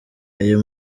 ayo